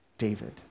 David